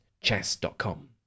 chess.com